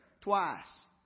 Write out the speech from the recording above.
twice